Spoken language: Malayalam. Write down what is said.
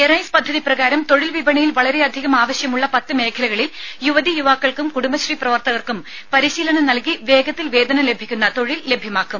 എറൈസ് പദ്ധതി പ്രകാരം തൊഴിൽ വിപണിയിൽ വളരെയധികം ആവശ്യമുള്ള പത്ത് മേഖലകളിൽ യുവതീയുവാക്കൾക്കും കുടുംബശ്രീ പ്രവർത്തകർക്കും പരിശീലനം നൽകി വേഗത്തിൽ വേതനം ലഭിക്കുന്ന തൊഴിൽ ലഭ്യമാക്കും